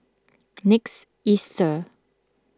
next Easter